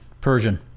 Persian